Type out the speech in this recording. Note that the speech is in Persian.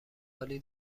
عالی